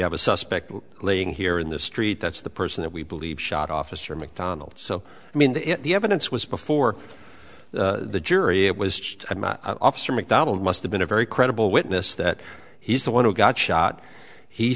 have a suspect laying here in the street that's the person that we believe shot officer mcdonald so i mean the evidence was before the jury it was just officer mcdonald must have been a very credible witness that he's the one who got shot he